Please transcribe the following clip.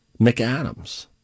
McAdams